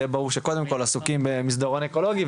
זה ברור שקודם כל עסוקים במסדרון אקולוגי,